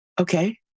Okay